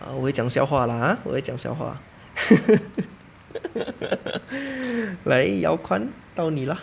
err 我会讲笑话 lah !huh! 我会讲笑话 来 yao kuan 到你了